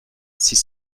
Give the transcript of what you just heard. six